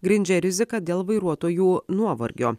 grindžia rizika dėl vairuotojų nuovargio